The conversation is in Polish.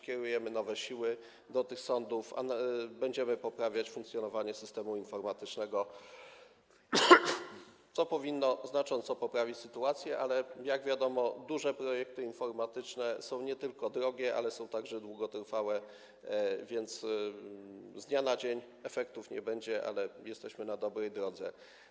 Kierujemy nowe siły do tych sądów i będziemy poprawiać funkcjonowanie systemu informatycznego, co powinno znacząco poprawić sytuację, ale jak wiadomo, duże projekty informatyczne są nie tylko drogie, ale są także długotrwałe, więc z dnia na dzień efektów nie będzie, jesteśmy jednak na dobrej drodze.